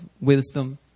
wisdom